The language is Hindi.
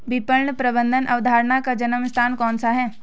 विपणन प्रबंध अवधारणा का जन्म स्थान कौन सा है?